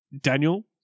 Daniel